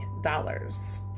Dollars